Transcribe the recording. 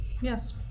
yes